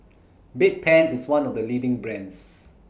Bedpans IS one of The leading brands